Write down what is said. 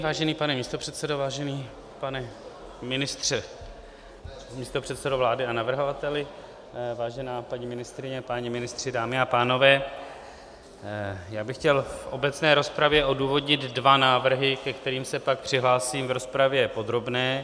Vážený pane místopředsedo, vážený pane ministře, místopředsedo vlády a navrhovateli, vážená paní ministryně, páni ministři, dámy a pánové, chtěl bych v obecné rozpravě odůvodnit dva návrhy, ke kterým se pak přihlásím v rozpravě podrobné.